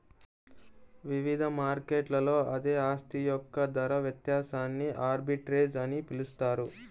వివిధ మార్కెట్లలో అదే ఆస్తి యొక్క ధర వ్యత్యాసాన్ని ఆర్బిట్రేజ్ అని పిలుస్తారు